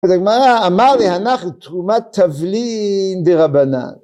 אמר לי אנחנו תרומת תבלין די רבנן